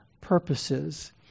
purposes